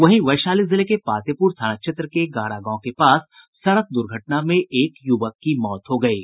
वहीं वैशाली जिले के पातेपुर थाना क्षेत्र के गारा गांव के पास सड़क दुर्घटना में एक युवक की मौत हो गयी